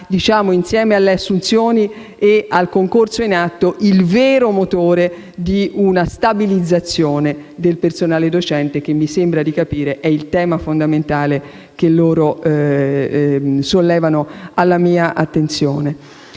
Insieme alle assunzioni e al concorso in atto, questo sarà il vero motore di una stabilizzazione del personale docente che, mi sembra di capire, è il tema fondamentale che loro sollevano alla mia attenzione.